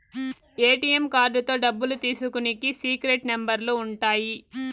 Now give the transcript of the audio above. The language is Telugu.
ఏ.టీ.యం కార్డుతో డబ్బులు తీసుకునికి సీక్రెట్ నెంబర్లు ఉంటాయి